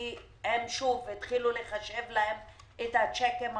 כי התחילו לחשב להם את הצ'קים החוזרים.